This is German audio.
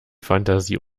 fantasie